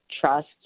trust